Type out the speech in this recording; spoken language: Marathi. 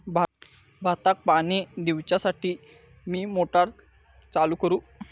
भाताक पाणी दिवच्यासाठी मी मोटर चालू करू?